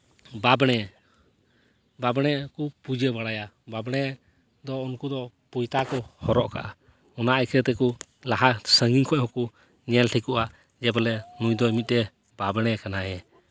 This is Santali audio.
ᱵᱟᱸᱵᱽᱲᱮ ᱵᱟᱸᱵᱽᱲᱮ ᱠᱚ ᱯᱩᱡᱟᱹ ᱵᱟᱲᱟᱭᱟ ᱵᱟᱸᱵᱽᱲᱮ ᱫᱚ ᱩᱱᱠᱩ ᱫᱚ ᱯᱚᱸᱭᱛᱟ ᱠᱚ ᱦᱚᱨᱨᱚᱜᱟ ᱚᱱᱟ ᱤᱭᱠᱷᱟᱹ ᱛᱮᱠᱚ ᱞᱟᱦᱟ ᱥᱟᱺᱜᱤᱧ ᱠᱷᱚᱡ ᱦᱚᱸᱠᱚ ᱧᱮᱞ ᱴᱷᱤᱠᱚᱜᱼᱟ ᱡᱮ ᱵᱚᱞᱮ ᱢᱤᱫᱴᱮᱡ ᱵᱟᱸᱵᱽᱲᱮ ᱠᱟᱱᱟᱭᱮ